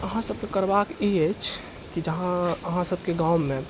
अहाँ सबके करबाक ई अछि की जहाँ अहाँ सबके गाँवमे